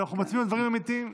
ואנחנו מציגים דברים אמיתיים.